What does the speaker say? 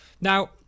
now